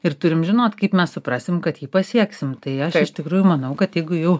ir turim žinot kaip mes suprasim kad jį pasieksim tai aš iš tikrųjų manau kad jeigu jau